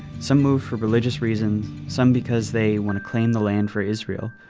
some moved for religious reasons, some because they want to claim the land for israel,